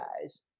guys